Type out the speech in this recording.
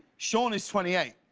sean is twenty eight.